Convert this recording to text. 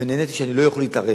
ונעניתי שאני לא יכול להתערב.